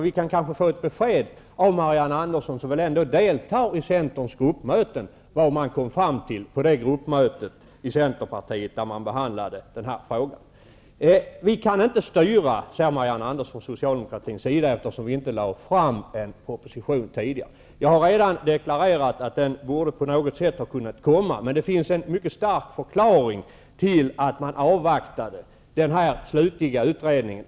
Vi kan kanske få ett besked av Marianne Andersson, som väl ändå deltar i Centerns gruppmöten, vad man kom fram till på det gruppmöte då denna fråga behandlades. Marianne Andersson säger att vi från Socialdemokraternas sida inte kan styra, eftersom vi inte lade fram en proposition tidigare. Jag har redan deklarerat att den på något sätt borde ha kunnat läggas fram. Men det finns en mycket stark förklaring till att man avvaktade den slutliga utredningen.